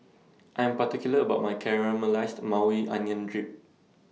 I Am particular about My Caramelized Maui Onion drip